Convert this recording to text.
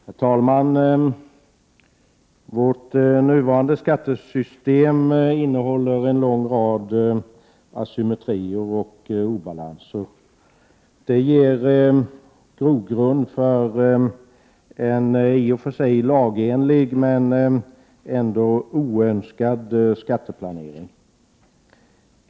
Herr talman! Vårt nuvarande skattesystem innehåller en lång rad asymmetrier och obalanser. Det ger grogrund för en i och för sig lagenlig men oönskad skatteplanering.